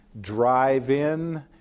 drive-in